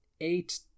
eight